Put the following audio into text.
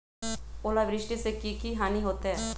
ओलावृष्टि से की की हानि होतै?